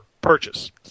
purchase